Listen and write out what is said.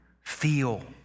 feel